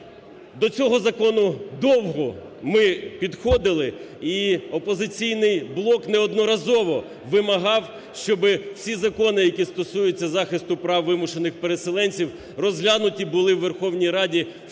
До цього закону довго ми підходили і "Опозиційний блок" неодноразово вимагав, щоб всі закони, які стосуються захисту прав вимушених переселенців, розглянуті були у Верховній Раді в